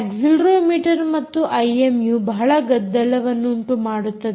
accelerometer ಮತ್ತು IMU ಬಹಳ ಗದ್ದಲವನ್ನುಂಟು ಮಾಡುತ್ತದೆ